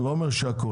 אני לא אומר שהכול.